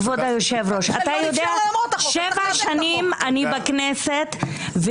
כבוד היושב-ראש ------- שבע שנים אני בכנסת,